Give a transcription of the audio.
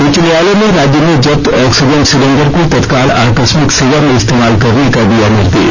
उच्च न्यायालय ने राज्य में जब्त ऑक्सीजन सिलेंडर को तत्काल आकस्मिक सेवा में इस्तेमाल करने का दिया निर्देश